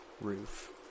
roof